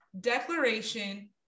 declaration